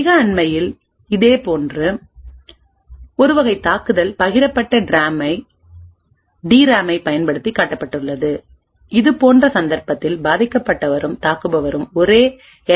மிக அண்மையில் இதேபோன்ற ஒரு வகை தாக்குதல் பகிரப்பட்ட டிராமைப் பயன்படுத்தி காட்டப்பட்டது இதுபோன்ற சந்தர்ப்பத்தில் பாதிக்கப்பட்டவரும் தாக்குபவரும் ஒரே எல்